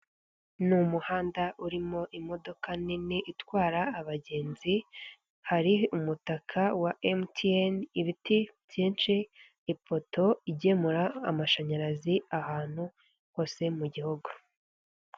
Ni umuhanda urimo imodoka nini itwara abagenzi. Hari umutaka wa mtn, ibiti byinshi, ipoto igemura amashanyarazi ahantu hose mu gihugu.